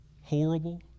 horrible